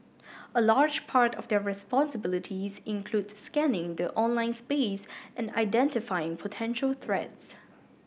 a large part of their responsibilities includes scanning the online space and identifying potential threats